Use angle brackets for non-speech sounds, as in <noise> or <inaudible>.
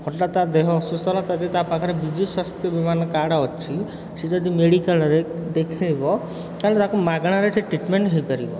ହଠାତ୍ ତା' ଦେହ ଅସୁସ୍ଥ ହେଲା <unintelligible> ତା' ପାଖରେ ବିଜୁ ସ୍ଵାସ୍ଥ୍ୟ ମାନେ କାର୍ଡ଼ ଅଛି ସେ ଯଦି ମେଡ଼ିକାଲ୍ରେ ଦେଖେଇବ ତାହାଲେ ତାକୁ ମାଗଣାରେ ସେ ଟ୍ରିଟମେଣ୍ଟ ହୋଇପାରିବ